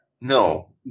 No